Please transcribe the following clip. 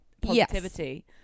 positivity